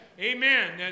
Amen